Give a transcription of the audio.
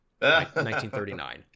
1939